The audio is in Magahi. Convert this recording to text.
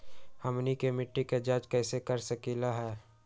हमनी के मिट्टी के जाँच कैसे कर सकीले है?